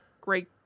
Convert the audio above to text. great